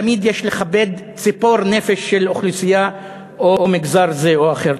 שתמיד יש לכבד ציפור נפש של אוכלוסייה או מגזר זה או אחר.